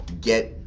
get